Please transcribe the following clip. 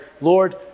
Lord